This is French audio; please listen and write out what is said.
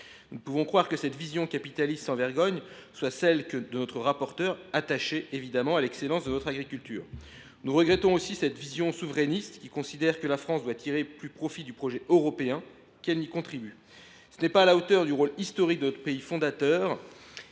Nous ne pouvons croire que cette vision capitaliste sans vergogne soit celle de M. le rapporteur, attaché, nous en sommes persuadés, à l’excellence de notre agriculture. Nous regrettons également cette vision souverainiste qui considère que la France doit tirer plus de profit du projet européen qu’elle n’y contribue. Elle n’est pas à la hauteur du rôle historique de notre pays, fondateur